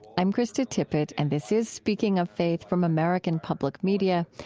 i'm krista tippett, and this is speaking of faith from american public media.